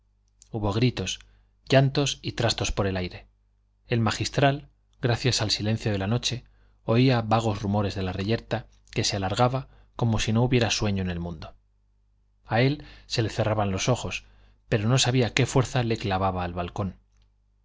hubo gritos llantos y trastos por el aire el magistral gracias al silencio de la noche oía vagos rumores de la reyerta que se alargaba como si no hubiera sueño en el mundo a él se le cerraban los ojos pero no sabía qué fuerza le clavaba al balcón